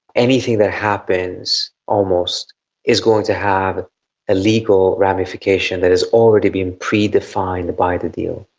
anything that happens almost is going to have a legal ramification that has already been predefined by the deal.